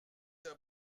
d’un